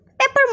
Pepper